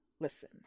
Listen